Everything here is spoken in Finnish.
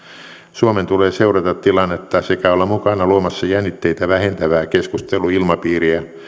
suomen tulee seurata tilannetta sekä olla mukana luomassa jännitteitä vähentävää keskusteluilmapiiriä